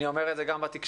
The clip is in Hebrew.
אני אומר את זה גם בתקשורת,